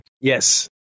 Yes